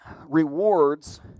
rewards